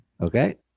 Okay